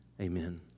Amen